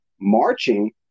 marching